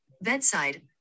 bedside